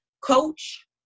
coach